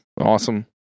Awesome